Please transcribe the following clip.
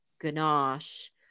ganache